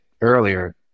earlier